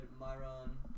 Myron